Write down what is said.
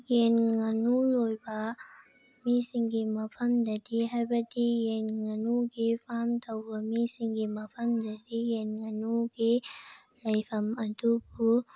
ꯌꯦꯟ ꯉꯥꯅꯨ ꯂꯣꯏꯕ ꯃꯤꯁꯤꯡꯒꯤ ꯃꯐꯝꯗꯗꯤ ꯍꯥꯏꯕꯗꯤ ꯌꯦꯟ ꯉꯥꯅꯨꯒꯤ ꯐꯥꯝ ꯇꯧꯕ ꯃꯤꯁꯤꯡꯒꯤ ꯃꯐꯝꯗꯗꯤ ꯌꯦꯟ ꯉꯥꯅꯨꯒꯤ ꯂꯩꯐꯝ ꯑꯗꯨꯕꯨ